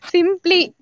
Simply